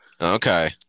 Okay